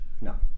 No